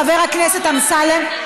חבר הכנסת אמסלם,